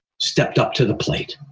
stepped up to the plate.